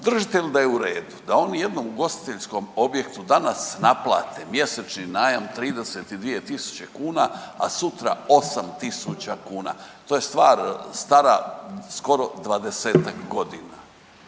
Držite li da je u redu da oni jednom ugostiteljskom objektu danas naplate mjesečni najam 32.000 kuna, a sutra 8.000 kn, to je stvar stara skoro 20-tak godina